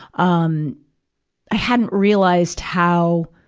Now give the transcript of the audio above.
um i hadn't realized how,